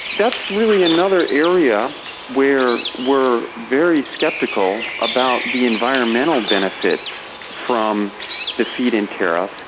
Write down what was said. that's really another area where we're very sceptical about the environmental benefits from the feed-in tariff.